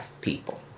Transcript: people